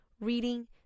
reading